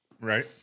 right